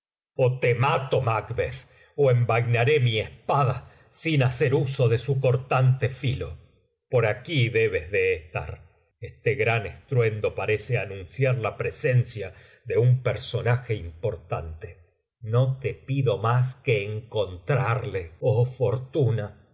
espada sin hacer uso de su cortante filo por aquí debes de estar este gran estruendo parece anunciar la presencia de un personaje importante no te pido más que encontrarle